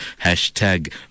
hashtag